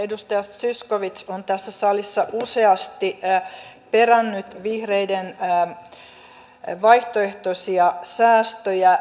edustaja zyskowicz on tässä salissa useasti perännyt vihreiden vaihtoehtoisia säästöjä